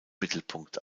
mittelpunkt